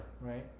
right